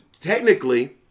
technically